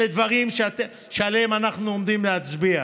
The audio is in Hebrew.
אלה דברים שעליהם אנחנו עומדים להצביע.